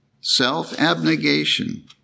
Self-abnegation